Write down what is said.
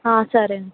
సరేండి